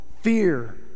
fear